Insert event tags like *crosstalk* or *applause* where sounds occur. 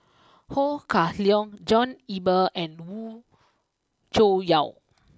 Ho Kah Leong John Eber and *unintelligible* Cho Yaw